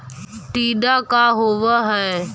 टीडा का होव हैं?